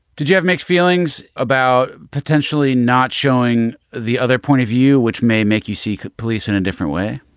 did you have mixed feelings about potentially not showing the other point of view, which may make you see police in a different way?